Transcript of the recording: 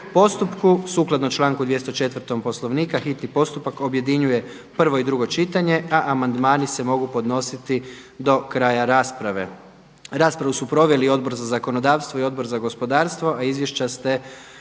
postupku sukladno članku 204. Poslovnika, hitni postupak objedinjuje prvo i drugo čitanje a amandmani se mogu podnositi do kraja rasprave. Raspravu su proveli Odbor za zakonodavstvo i Odbor za gospodarstvo, a izvješća ste